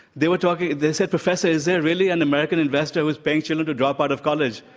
they were talking they said, professor, is there really an american investor who's paying to and and drop out of college?